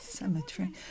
cemetery